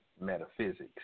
metaphysics